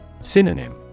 Synonym